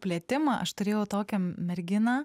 plėtimą aš turėjau tokią merginą